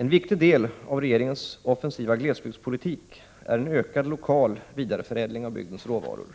En viktig del av regeringens offensiva glesbygdspolitik är en ökad lokal vidareförädling av bygdens råvaror.